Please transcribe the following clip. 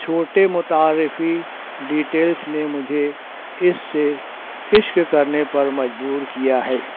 چھوٹے متعارفی ڈیٹیلس نے مجھے اس سے عشق کرنے پر مجبور کیا ہے